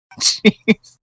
Jeez